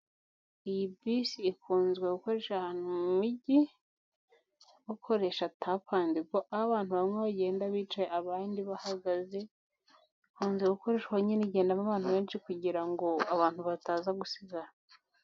Iyi bisi ikunzwe gukoresha ahantu mu mijyi ukoresha tapu andi go. Aho abantu bamwe bagenda bicaye abandi bahagaze. Kunze gukoreshwa nyine igendamo abantu benshi, kugira ngo abantu bataza gusigara.